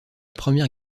première